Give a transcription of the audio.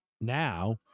now